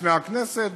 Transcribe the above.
בפני הכנסת,